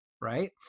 right